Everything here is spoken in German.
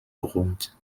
grund